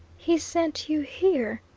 he sent you here,